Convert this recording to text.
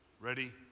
Ready